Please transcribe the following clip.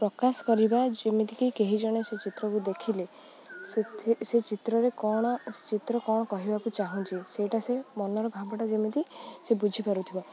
ପ୍ରକାଶ କରିବା ଯେମିତିକି କେହି ଜଣ ସେ ଚିତ୍ରକୁ ଦେଖିଲେ ସେଥି ସେ ଚିତ୍ରରେ କ'ଣ ଚିତ୍ର କ'ଣ କହିବାକୁ ଚାହୁଁଛି ସେଇଟା ସେ ମନର ଭାବଟା ଯେମିତି ସେ ବୁଝିପାରୁଥିବ